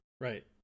Right